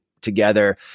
together